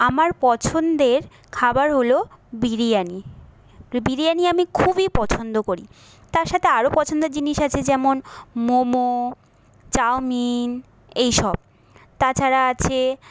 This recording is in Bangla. আমার পছন্দের খাবার হলো বিরিয়ানি বিরিয়ানি আমি খুবই পছন্দ করি তার সাথে আরও পছন্দের জিনিস আছে যেমন মোমো চাউমিন এই সব তাছাড়া আছে